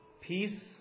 Peace